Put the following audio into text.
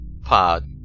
pod